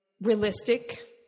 realistic